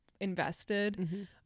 invested